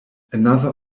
another